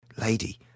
Lady